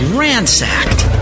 ransacked